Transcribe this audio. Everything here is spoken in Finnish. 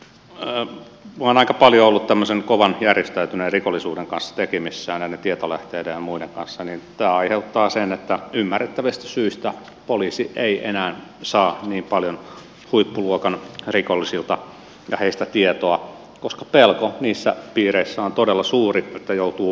minä olen aika paljon ollut kovan järjestäytyneen rikollisuuden kanssa tekemisissä ja näiden tietolähteiden ja muiden kanssa niin tämä aiheuttaa sen että ymmärrettävistä syistä poliisi ei enää saa niin paljon huippuluokan rikollisilta ja heistä tietoa koska pelko niissä piireissä on todella suuri että joutuu koston uhriksi